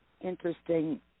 interesting